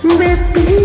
baby